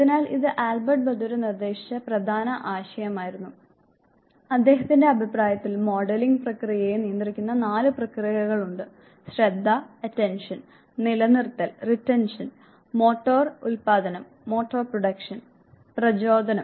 അതിനാൽ ഇത് Albert Bandura നിർദ്ദേശിച്ച പ്രധാന ആശയമായിരുന്നു അദ്ദേഹത്തിന്റെ അഭിപ്രായത്തിൽ മോഡലിംഗ് പ്രക്രിയയെ നിയന്ത്രിക്കുന്ന നാല് പ്രക്രിയകളുണ്ട് ശ്രദ്ധ നിലനിർത്തൽ മോട്ടോർ ഉത്പാദനം പ്രചോദനം